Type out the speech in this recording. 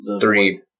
three